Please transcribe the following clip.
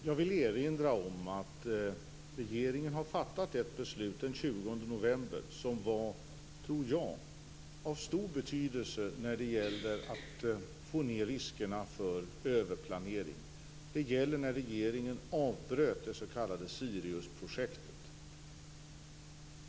Fru talman! Jag vill erinra om att regeringen fattade ett beslut den 20 november som jag tror var av stor betydelse när det gäller att minska riskerna för överplanering. Regeringen avbröt det s.k. Siriusprojektet.